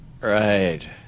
Right